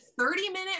30-minute